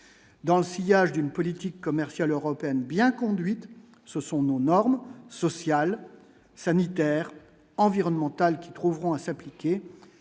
dans le sillage d'une politique commerciale européenne bien conduite, ce sont nos normes sociales, sanitaires, environnementales qui trouveront à s'appliquer,